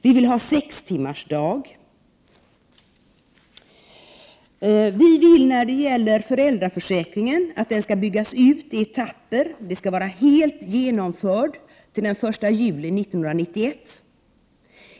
Vi vill ha sex timmars arbetsdag. När det gäller föräldraförsäkringen vill vi bygga ut den i etapper. Den skall vara helt genomförd till den 1 juli 1991.